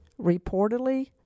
reportedly